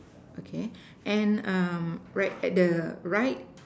okay and um right at the right